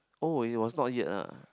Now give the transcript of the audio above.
oh it was not yet ah